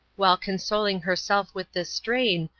while consoling herself with this strain,